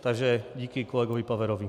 Takže díky kolegovi Paverovi.